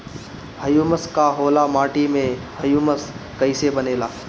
Humus का होला माटी मे ह्यूमस कइसे बनेला?